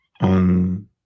on